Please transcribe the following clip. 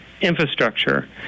infrastructure